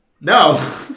No